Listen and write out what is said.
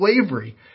slavery